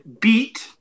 beat